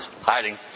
hiding